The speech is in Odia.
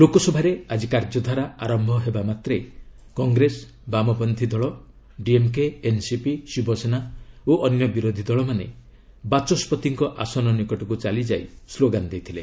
ଲୋକସଭାରେ ଆକି କାର୍ଯ୍ୟଧାରା ଆରମ୍ଭ ହେବା ମାତ୍ରେ କଂଗ୍ରେସ ବାମପଚ୍ଛୀ ଦଳ ଡିଏମ୍କେ ଏନ୍ସିପି ଶିବସେନା ଓ ଅନ୍ୟ ବିରୋଧୀ ଦଳମାନେ ବାଚସ୍କତିଙ୍କ ଆସନ ନିକଟକୁ ଚାଲିଯାଇ ସ୍ଲୋଗାନ ଦେଇଥିଲେ